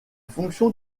fonction